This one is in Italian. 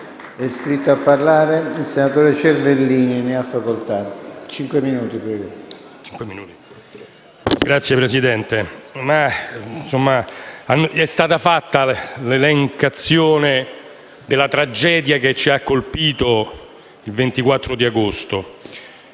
il senatore Cervellini. Ne ha facoltà.